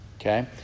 Okay